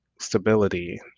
stability